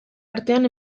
artean